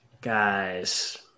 Guys